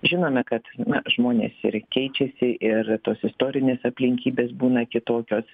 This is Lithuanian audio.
žinome kad na žmonės ir keičiasi ir tos istorinės aplinkybės būna kitokios